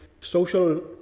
social